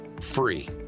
free